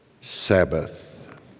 Sabbath